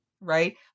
right